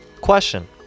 Question